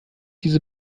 diese